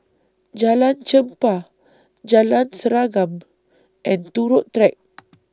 Jalan Chempah Jalan Serengam and Turut Track